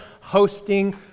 hosting